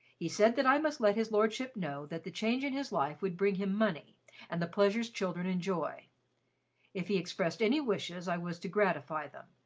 he said that i must let his lordship know that the change in his life would bring him money and the pleasures children enjoy if he expressed any wishes, i was to gratify them,